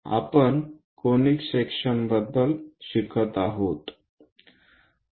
आपण conic section बद्दल शिकत आहोत